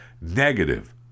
negative